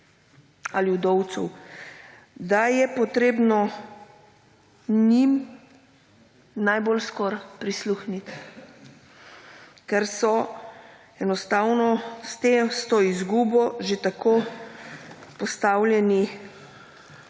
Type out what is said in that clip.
Ali vdovcev. Da je potrebno njim najbolj skoraj prisluhniti. Ker so enostavno s to izgubo že tako postavljeni